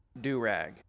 Do-rag